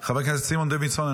חבר כנסת סימון דוידסון,